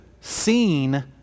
seen